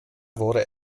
wurde